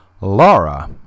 Laura